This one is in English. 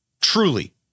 truly